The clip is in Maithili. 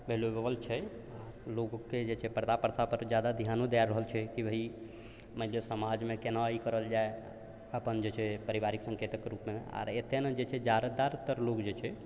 वैल्युएबल छै लोकके जे छै पर्दा प्रथापर ज्यादा धिआनो दऽ रहल छै कि भाइ मानिलिअ समाज मे केना ई करल जाइ आपन जे छै पारिवारिक सङ्केतक रूपमे आओर एतऽ ने जे छै जादातर लोक जे छै